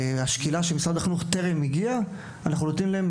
השקילה של משרד החינוך טרם הגיעה -אנחנו נותנים להם,